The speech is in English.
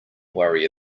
worry